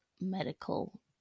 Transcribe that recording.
medical